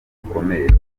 zikomeye